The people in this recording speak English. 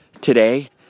today